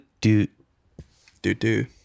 Do-do-do